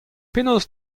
penaos